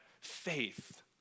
faith